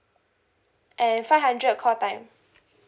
and five hundred call time